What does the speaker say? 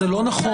זה לא נכון.